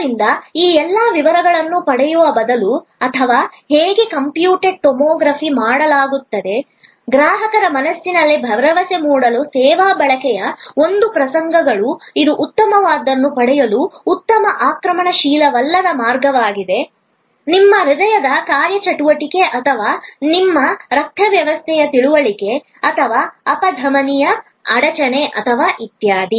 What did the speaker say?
ಆದ್ದರಿಂದ ಆ ಎಲ್ಲ ವಿವರಗಳನ್ನು ಪಡೆಯುವ ಬದಲು ಅಥವಾ ಹೇಗೆ ಕಂಪ್ಯೂಟೆಡ್ ಟೊಮೊಗ್ರಫಿ ಮಾಡಲಾಗುತ್ತದೆ ಗ್ರಾಹಕರ ಮನಸ್ಸಿನಲ್ಲಿ ಭರವಸೆ ಮೂಡಿಸಲು ಸೇವಾ ಬಳಕೆಯ ಒಂದು ಪ್ರಸಂಗಗಳು ಇದು ಉತ್ತಮವಾದದನ್ನು ಪಡೆಯುವ ಉತ್ತಮ ಆಕ್ರಮಣಶೀಲವಲ್ಲದ ಮಾರ್ಗವಾಗಿದೆ ನಿಮ್ಮ ಹೃದಯದ ಕಾರ್ಯಚಟುವಟಿಕೆ ಅಥವಾ ನಿಮ್ಮ ರಕ್ತ ವ್ಯವಸ್ಥೆಯ ತಿಳುವಳಿಕೆ ಅಥವಾ ಅಪಧಮನಿಯ ಅಡಚಣೆ ಅಥವಾ ಇತ್ಯಾದಿ